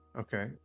Okay